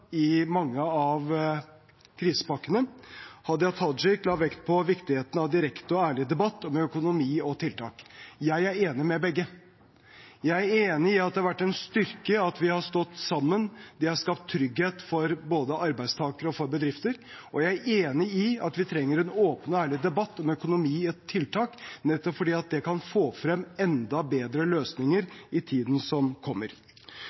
i mange av krisepakkene. Hadia Tajik la vekt på viktigheten av direkte og ærlig debatt om økonomi og tiltak. Jeg er enig med begge. Jeg er enig i at det har vært en styrke at vi har stått sammen – det har skapt trygghet både for arbeidstakere og for bedrifter. Og jeg er enig i at vi trenger en åpen og ærlig debatt om økonomi og tiltak, nettopp fordi det kan få frem enda bedre løsninger i tiden som kommer.